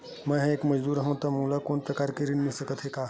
मैं एक मजदूर हंव त मोला कोनो प्रकार के ऋण मिल सकत हे का?